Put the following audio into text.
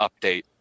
update